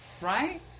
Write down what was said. Right